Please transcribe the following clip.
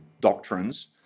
doctrines